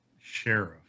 sheriff